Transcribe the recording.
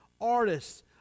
artists